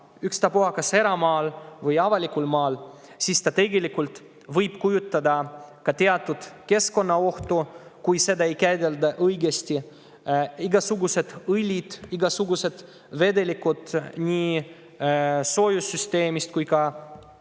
ükstapuha, kas eramaal või avalikul maal, siis ta võib kujutada endast teatud keskkonnaohtu, kui seda ei käidelda õigesti. Igasugused õlid ja vedelikud nii soojussüsteemist kui ka